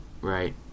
Right